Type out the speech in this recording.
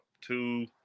two –